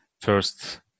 first